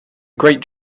great